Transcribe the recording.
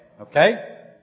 Okay